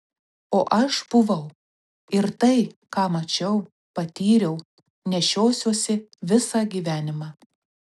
o aš buvau ir tai ką mačiau patyriau nešiosiuosi visą gyvenimą